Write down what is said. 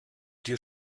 dir